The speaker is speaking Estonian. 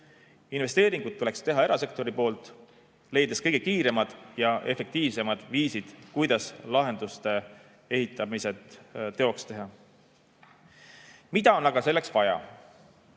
Investeeringud tuleks teha erasektoril, leides kõige kiiremad ja efektiivsemad viisid, kuidas lahenduste ehitamine teoks teha. Mida on aga selleks vaja?